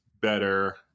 better